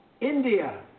India